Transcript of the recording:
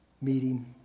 meeting